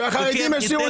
ניתן